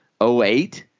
08